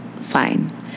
fine